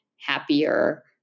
happier